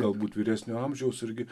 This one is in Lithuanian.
galbūt vyresnio amžiaus irgi